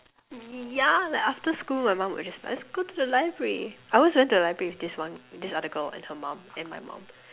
yeah like after school my mum will just let's go to the library I always went to the library with this one this other girl and her mum and then my mum